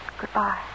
Goodbye